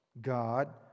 God